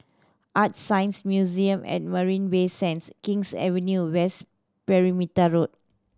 ArtScience Museum at Marina Bay Sands King's Avenue West Perimeter Road